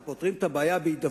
אנחנו פותרים את הבעיה בהידברות.